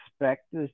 expect